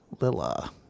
Lila